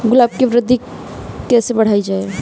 गुलाब की वृद्धि कैसे बढ़ाई जाए?